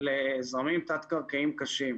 לזרמים תת קרקעיים קשים.